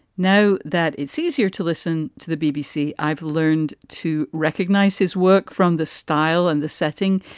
now that it's easier to listen to the bbc, i've learned to recognise his work from the style and the setting.